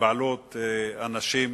בבעלות אנשים